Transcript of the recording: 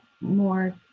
more